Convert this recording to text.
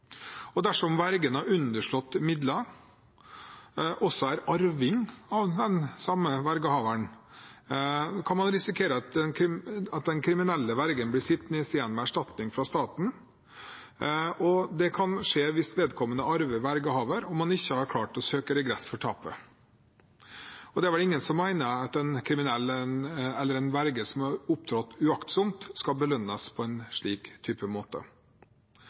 Dersom vergen som har underslått midler, også er arving av den samme vergehaveren, kan man risikere at den kriminelle vergen blir sittende igjen med erstatning fra staten, og det kan skje hvis vedkommende arver vergehaver og man ikke har klart å søke regress for tapet. Det er vel ingen som mener at en verge som har opptrådt uaktsomt, skal belønnes på en slik måte.